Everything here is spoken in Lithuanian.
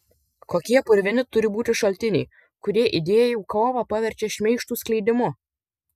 kokie purvini turi būti šaltiniai kurie idėjų kovą paverčia šmeižtų skleidimu